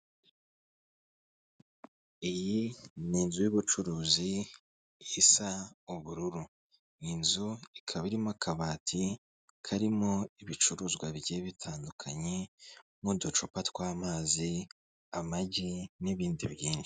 Iyi ni inzu y'ubucuruzi isa ubururu. Iyi nzu ikaba irimo akabati karimo ibicuruzwa bigiye bitandukanye nk'uducupa tw'amazi, amagi n'ibindi byinshi.